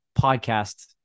podcast